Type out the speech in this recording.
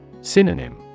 Synonym